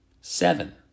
Seven